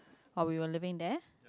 while we were living there